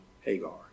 Hagar